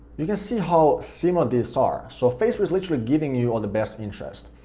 you can see how similar these are. so facebook's literally giving you all the best interests.